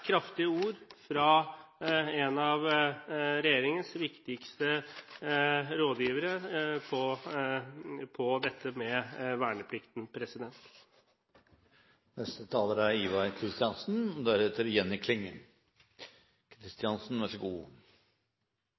ord fra en av regjeringens viktigste rådgivere på dette med verneplikten.